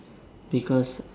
because